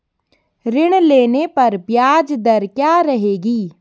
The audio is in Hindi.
ऋण लेने पर ब्याज दर क्या रहेगी?